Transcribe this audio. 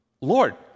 Lord